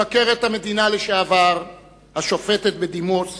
מבקרת המדינה לשעבר השופטת בדימוס